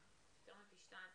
יותר מפי שניים